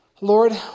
Lord